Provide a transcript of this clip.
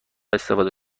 استفاده